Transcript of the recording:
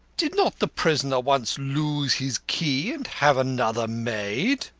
did not the prisoner once lose his key and have another made?